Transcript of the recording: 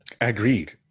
Agreed